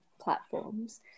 platforms